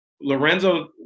lorenzo